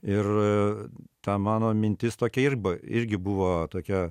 ir ta mano mintis tokia ir irgi buvo tokia